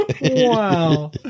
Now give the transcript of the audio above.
Wow